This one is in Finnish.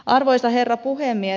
arvoisa herra puhemies